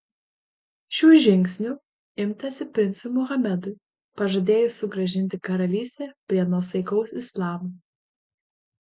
šių žingsnių imtasi princui mohamedui pažadėjus sugrąžinti karalystę prie nuosaikaus islamo